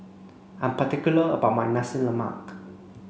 I'm particular about my Nasi Lemak